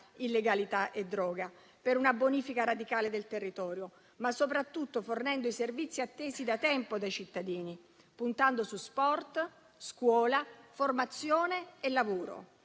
illegalità e droga, per una bonifica radicale del territorio, ma soprattutto fornendo i servizi attesi da tempo dai cittadini: puntando su sport, scuola, formazione e lavoro;